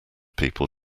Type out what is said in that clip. people